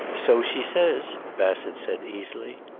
so she says, bassett said easily.